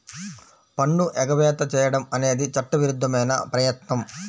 పన్ను ఎగవేత చేయడం అనేది చట్టవిరుద్ధమైన ప్రయత్నం